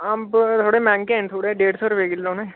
अंब थोह्ड़े मैंह्गे न थोह्ड़े डेढ़ सौ रपेऽ किल्लो न